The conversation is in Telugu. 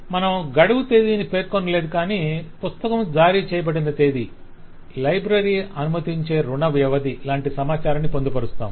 మనం గడువు తేదీని పేర్కొనలేదు కాని పుస్తకం జారీ చేయబడిన తేదీ లైబ్రరి అనుమతించే రుణ వ్యవధి లాంటి సమాచారాన్ని పొందుపరుస్తాము